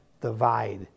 divide